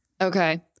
Okay